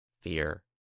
fear